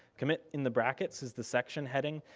commit in the brackets is the section heading.